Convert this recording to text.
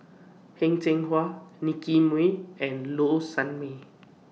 Heng Cheng Hwa Nicky Moey and Low Sanmay